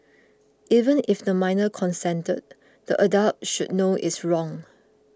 even if the minor consented the adult should know it's wrong